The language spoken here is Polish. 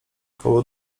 koło